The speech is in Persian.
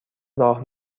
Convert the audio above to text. راه